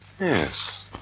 Yes